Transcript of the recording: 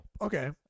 okay